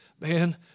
man